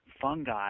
Fungi